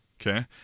okay